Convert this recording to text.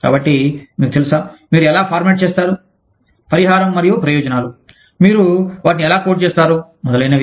కాబట్టి మీకు తెలుసా మీరు ఎలా ఫార్మాట్ చేస్తారు పరిహారం మరియు ప్రయోజనాలు మీరు వాటిని ఎలా కోడ్ చేస్తారు మొదలైనవి